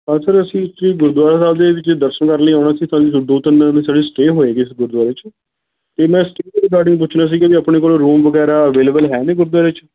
ਹਾਂ ਸਰ ਅਸੀਂ ਗੁਰਦੁਆਰਾ ਸਾਹਿਬ ਦੇ ਵਿੱਚ ਦਰਸ਼ਨ ਕਰਨ ਲਈ ਆਉਣਾ ਸੀ ਸਾਡੀ ਸਿਰਫ ਦੋ ਤਿੰਨ ਦਿਨ ਲਈ ਸਾਡੀ ਸਟੇਅ ਹੋਏਗੀ ਇਸ ਗੁਰਦੁਆਰੇ 'ਚ ਅਤੇ ਮੈਂ ਸਟੇਅ ਦੇ ਰਿਗਾਰਡਿੰਗ ਪੁੱਛਣਾ ਸੀ ਵੀ ਆਪਣੇ ਕੋਲ ਰੂਮ ਵਗੈਰਾ ਅਵੇਲੇਬਲ ਹੈ ਨੇ ਗੁਰਦੁਆਰੇ 'ਚ